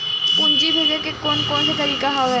पूंजी भेजे के कोन कोन से तरीका हवय?